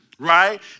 right